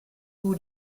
woe